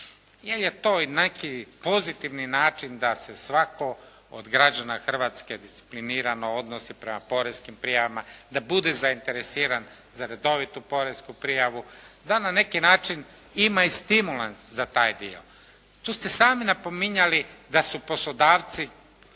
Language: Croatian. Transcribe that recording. Jer je to i neki pozitivni način da se svako od građana Hrvatske disciplinirano odnosi prema poreskim prijavama, da bude zainteresiran za redovitu poresku prijavu, da na neki način ima i stimulans za taj dio. Tu ste sami napominjali da su poslodavci